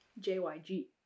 JYG